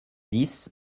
dix